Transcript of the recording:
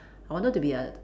I wanted to be a